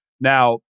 Now